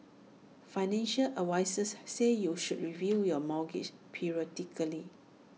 financial advisers say you should review your mortgage periodically